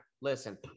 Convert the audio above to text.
listen